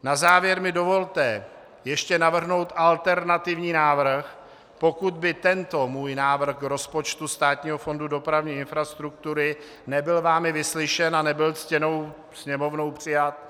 Na závěr mi dovolte ještě navrhnout alternativní návrh, pokud by tento můj návrh rozpočtu Státního fondu dopravní infrastruktury nebyl vámi vyslyšen a nebyl ctěnou Sněmovnou přijat.